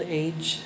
age